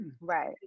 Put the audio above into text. right